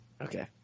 Okay